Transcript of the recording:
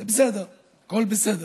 זה בסדר, הכול בסדר.